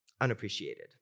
unappreciated